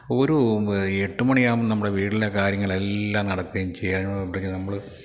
ഒരു എട്ടു മണിയാവുമ്പോള് നമ്മുടെ വീട്ടിലെ കാര്യങ്ങളെല്ലാം നടക്കുകയും ചെയ്യും അതിനോടനുബന്ധിച്ച് നമ്മള്